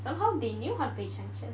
somehow they knew how to play chinese chess